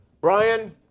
Brian